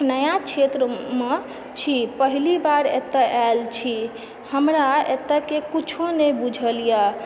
नया क्षेत्रमे छी पहली बार एतए आयल छी हमरा एतएके कुछो नै बुझल य